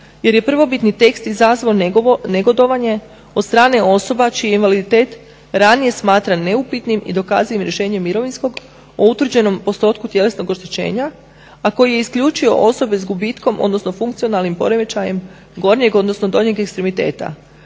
jer je prvobitni tekst izazvao negodovanje od strane osoba čiji je invaliditet ranije smatran neupitnim i dokazuje rješenjem mirovinskog o utvrđenom postotku tjelesnog oštećenja, a koji je isključio osobe sa gubitkom, odnosno funkcionalnim poremećajem gornjeg, odnosno donjeg ekstremiteta,